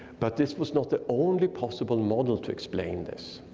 but this was not the only possible model to explain this.